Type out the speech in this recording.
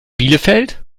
bielefeld